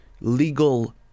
legal